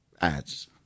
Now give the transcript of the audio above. ads